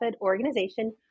organization